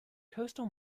coastal